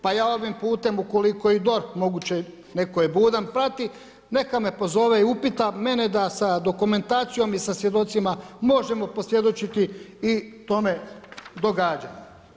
Pa ja ovim putem ukoliko i DORH, moguće, netko je budan prati, neka me pozove i upita mene da sa dokumentacijom i sa svjedocima možemo posvjedočiti i tome događanju.